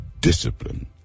discipline